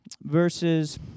verses